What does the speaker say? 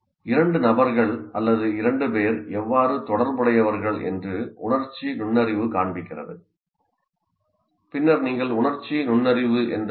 இரண்டு நபர்கள் அல்லது இரண்டு பேர் எவ்வாறு தொடர்புடையவர்கள் என்று உணர்ச்சி நுண்ணறிவு காண்பிக்கிறது பின்னர் நீங்கள் 'உணர்ச்சி நுண்ணறிவு என்றால் என்ன